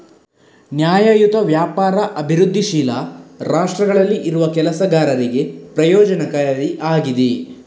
ನ್ಯಾಯಯುತ ವ್ಯಾಪಾರ ಅಭಿವೃದ್ಧಿಶೀಲ ರಾಷ್ಟ್ರಗಳಲ್ಲಿ ಇರುವ ಕೆಲಸಗಾರರಿಗೆ ಪ್ರಯೋಜನಕಾರಿ ಆಗಿದೆ